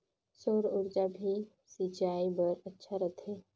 सौर ऊर्जा भी सिंचाई बर अच्छा रहथे?